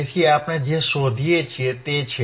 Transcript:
તેથી આપણે જે શોધીએ છીએ તે છે